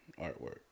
artwork